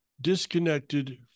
disconnected